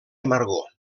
amargor